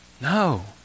No